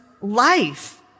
life